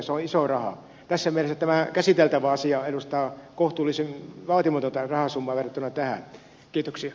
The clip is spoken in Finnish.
tässä mielessä tämä käsiteltävä asia edustaa kohtuullisen vaatimatonta rahasummaa verrattuna tähän